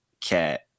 Cat